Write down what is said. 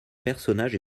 personnage